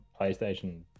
playstation